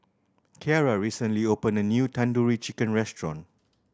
Kierra recently opened a new Tandoori Chicken Restaurant